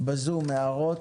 בזום, הערות?